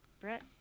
Brett